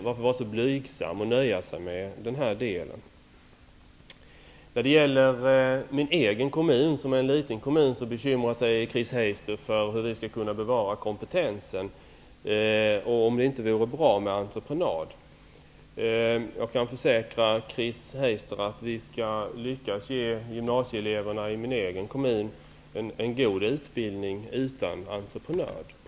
Varför vara så blygsam och nöja sig med denna del av den? Chris Heister bekymrar sig för hur vi i min hemkommun, som är en liten kommun, skall kunna bevara kompetensen och undrar om det inte vore bra med entreprenadverksamhet. Jag kan försäkra Chris Heister att vi skall lyckas ge gymnasieeleverna i min hemkommun en god utbildning utan entreprenad.